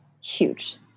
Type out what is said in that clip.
huge